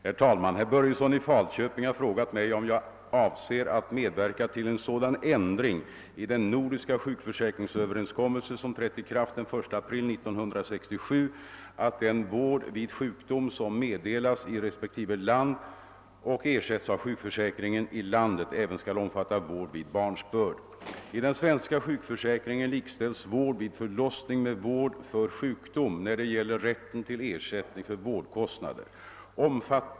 Herr talman! Herr Börjesson i Falköping har frågat mig, om jag avser att medverka till en sådan ändring i den nordiska = sjukförsäkringsöverenskommelse som trätt i kraft den 1 april 1967 att den vård vid sjukdom som meddelas i respektive land och ersätts av sjukförsäkringen i landet även skall omfatta vård vid barnsbörd. I den svenska sjukförsäkringen Jlikställs vård vid förlossning med vård för sjukdom när det gäller rätten till ersättning för vårdkostnader.